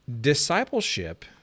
Discipleship